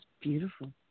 beautiful